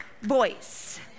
voice